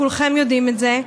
כולכם יודעים את זה.